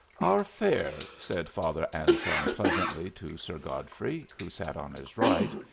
our fare, said father anselm pleasantly to sir godfrey, who sat on his right,